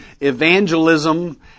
evangelism